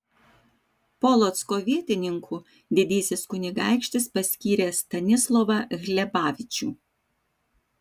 polocko vietininku didysis kunigaikštis paskyrė stanislovą hlebavičių